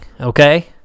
Okay